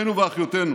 אחינו ואחיותינו,